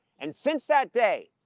and since that day,